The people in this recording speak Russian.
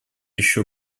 еще